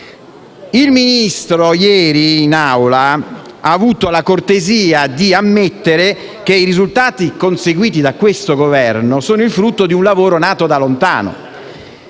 Il Ministro, ieri in Aula, ha avuto la cortesia di ammettere che i risultati conseguiti da questo Governo sono il frutto di un lavoro nato da lontano.